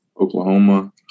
Oklahoma